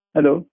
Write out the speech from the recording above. Hello